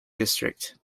district